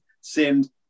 sinned